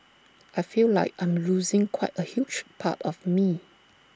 I feel like I'm losing quite A huge part of me